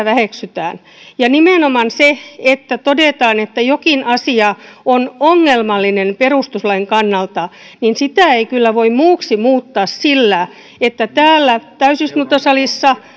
väheksytään nimenomaan sitä että todetaan että jokin asia on ongelmallinen perustuslain kannalta ei kyllä voi muuksi muuttaa sillä että täällä täysistuntosalissa